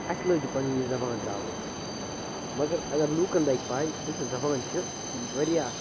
اَسہِ لٲج یہِ پَنٕنۍ یہِ زبان ترٛاوٕنۍ مگر اگر لوٗکَن لَگہِ پَے یُس یہِ زبان چھِ یہِ چھِ واریاہ